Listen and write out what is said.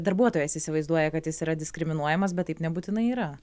darbuotojas įsivaizduoja kad jis yra diskriminuojamas bet taip nebūtinai yra